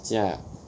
现在 ah